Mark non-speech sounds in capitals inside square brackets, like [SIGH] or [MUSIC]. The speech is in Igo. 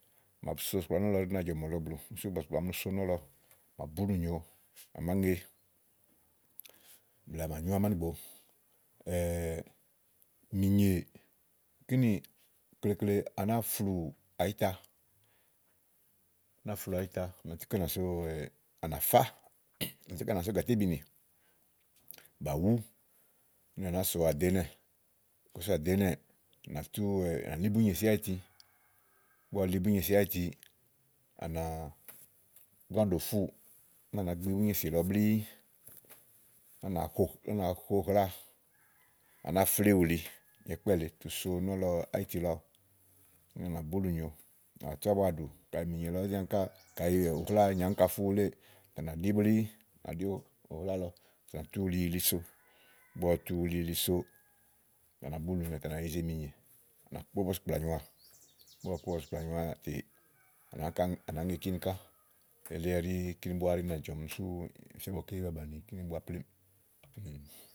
kayi bù so bɔ̀sìkplà nɔ̀lɔ ɛɖí na jɔ̀ɔ̀mɔ̀lɔ blù só bɔ̀sìkplà nɔ̀lɔ, bà búlù nyo à màá ŋe, blɛ̀ɛ à mà nyú amánìbo mìnyè kínì klekle à náa fluù àyíta, à náa fluù àyita à nà tú kɛnìà so [HESITATION] à nà fá à nàtú kɛnìà so gàlé bìínì bà nà tú, à ná lí búnyèsì áyiti ígbɔ ɔwɔ li búnyèsì lɔ blíí úni à nàá ho ùhláa à náa flíì uli nyo ikpɛ́ lèe tu so nɔ̀ lɔ áyiti lɔ uni à nà búkù nyo úni à tú ábua ɖù kayi mìnyè lɔ ɔ̀ɔ́ zi áŋka kayi ùhláa lɔ zi áŋka fú wuléè tè à nà ɖí blíí, à nà ɖi úhláa lɔ tè à tú uli yiliso ígbɔ ɔwɔ tu uli yili so tè á nà búlùnyo à nà yize mìnyè, à kpó bɔ̀sìkplà nyoà tè á nà áŋká ŋe á nàá ŋe kíni ká elí ɛɖí kíni búá ɛɖí nàa jɔ̀ɔmi sú ì fía ígbɔké ba bàni kíni búá plémú.